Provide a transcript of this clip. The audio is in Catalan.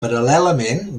paral·lelament